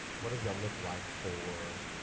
what does that look like for